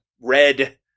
red